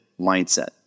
mindset